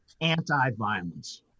anti-violence